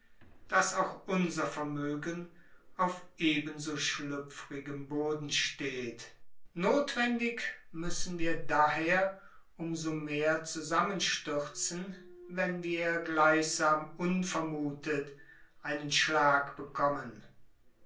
daß auch unser vermögen auf eben so schlüpfrigem boden steht nothwendig müssen wir daher um so mehr zusammenstürzen wenn wir gleichsam unvermuthet einen schlag bekommen